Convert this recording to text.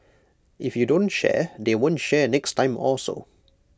if you don't share they won't share next time also